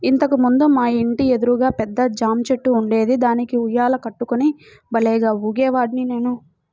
ఇంతకు ముందు మా ఇంటి ఎదురుగా పెద్ద జాంచెట్టు ఉండేది, దానికి ఉయ్యాల కట్టుకుని భల్లేగా ఊగేవాడ్ని నేను